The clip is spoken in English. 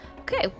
Okay